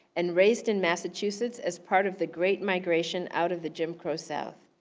and raised in massachusetts as part of the great migration out of the jim crow south.